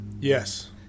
Yes